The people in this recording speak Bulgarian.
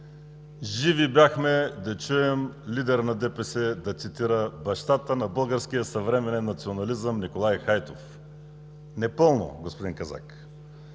Живи бяхме да чуем лидер на ДПС да цитира бащата на българския съвременен национализъм Николай Хайтов. ЧЕТИН КАЗАК (ДПС,